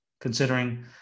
considering